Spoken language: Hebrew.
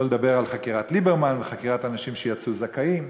שלא לדבר על חקירת ליברמן וחקירת אנשים שיצאו זכאים.